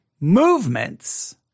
movements